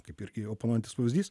kaip irgi oponuojantis pavyzdys